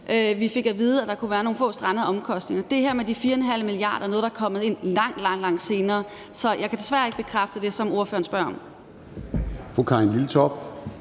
Vi fik at vide, at der kunne være nogle få strandede omkostninger. Det her med de 4½ mia. kr. er noget, der er kommet ind langt, langt senere. Så jeg kan desværre ikke bekræfte det, som ordføreren